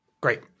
great